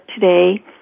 today